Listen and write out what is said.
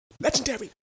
legendary